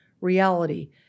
reality